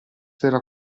della